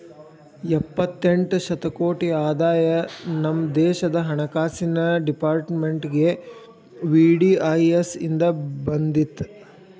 ಎಪ್ಪತ್ತೆಂಟ ಶತಕೋಟಿ ಆದಾಯ ನಮ ದೇಶದ್ ಹಣಕಾಸಿನ್ ಡೆಪಾರ್ಟ್ಮೆಂಟ್ಗೆ ವಿ.ಡಿ.ಐ.ಎಸ್ ಇಂದ್ ಬಂದಿತ್